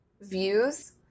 views